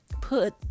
put